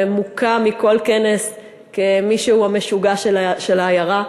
ומוקע מכל כנס כמי שהוא המשוגע של העיירה.